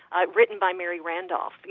ah written by mary randolph, but